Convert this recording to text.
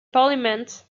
parliament